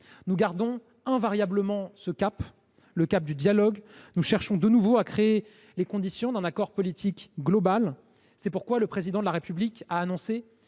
Nous gardons invariablement ce cap, le cap du dialogue. Nous cherchons, de nouveau, à créer les conditions d’un accord politique global. C’est pourquoi le Président de la République a annoncé